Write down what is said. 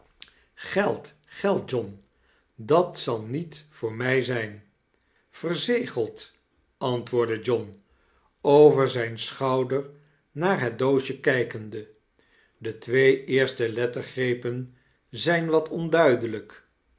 geld geld john dat zal niet voor mij zijn verze-geld antwoordde john over zijn schouder naar het doosje kijkende de twee eerste lettergrepen zijn wat